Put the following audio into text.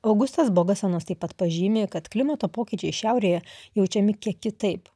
augustas bogasanas taip pat pažymi kad klimato pokyčiai šiaurėje jaučiami kiek kitaip